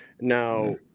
Now